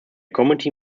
committee